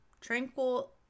tranquil